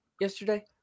yesterday